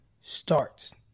starts